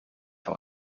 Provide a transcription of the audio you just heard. voor